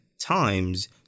times